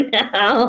no